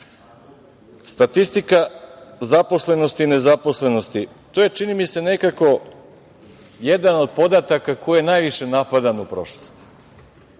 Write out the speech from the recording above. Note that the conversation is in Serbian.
posledice. Statistika zaposlenosti, nezaposlenosti. To je, čini mi se, nekako jedan od podataka koji je najviše napadan u prošlosti,